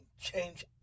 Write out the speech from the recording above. change